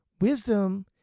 Wisdom